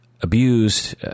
abused